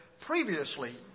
previously